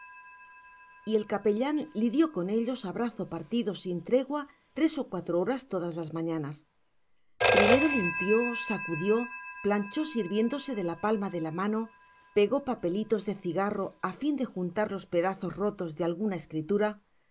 y el capellán lidió con ellos a brazo partido sin tregua tres o cuatro horas todas las mañanas primero limpió sacudió planchó sirviéndose de la palma de la mano pegó papelitos de cigarro a fin de juntar los pedazos rotos de alguna escritura